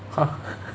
!huh!